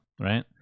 Right